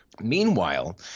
Meanwhile